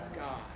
God